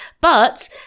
But-